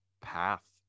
path